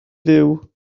fyw